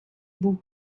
boue